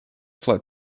flood